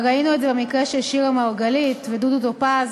וראינו את זה במקרה של שירה מרגלית ודודו טופז